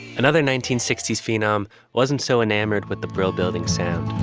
another nineteen sixty s phenom wasn't so enamored with the brill building sound,